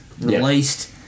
released